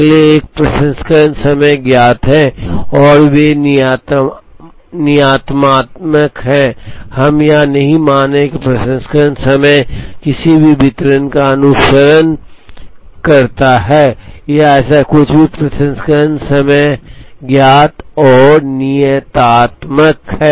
अगले एक प्रसंस्करण समय ज्ञात है और वे नियतात्मक हैं हम यह नहीं मान रहे हैं कि प्रसंस्करण समय किसी भी वितरण का अनुसरण करता है या ऐसा कुछ भी प्रसंस्करण समय ज्ञात और नियतात्मक है